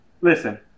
Listen